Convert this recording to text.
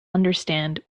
understand